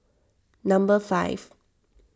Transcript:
number five